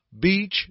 Beach